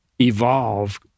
evolve